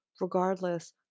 regardless